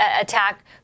attack